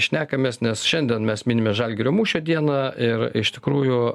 šnekamės nes šiandien mes minime žalgirio mūšio dieną ir iš tikrųjų